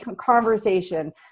conversation